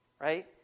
right